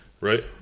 right